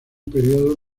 periodo